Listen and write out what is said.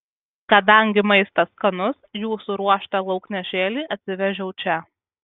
kadangi maistas skanus jų suruoštą lauknešėlį atsivežiau čia